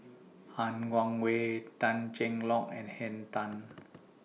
Han Guangwei Tan Cheng Lock and Henn Tan